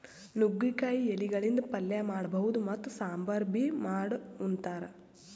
ನುಗ್ಗಿಕಾಯಿ ಎಲಿಗಳಿಂದ್ ಪಲ್ಯ ಮಾಡಬಹುದ್ ಮತ್ತ್ ಸಾಂಬಾರ್ ಬಿ ಮಾಡ್ ಉಂತಾರ್